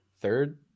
third